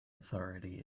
authority